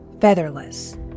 featherless